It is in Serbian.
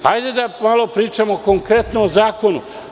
Hajde da pričamo konkretno o zakonu.